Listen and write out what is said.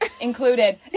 included